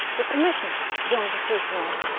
the commissioner, jean de toucheronde,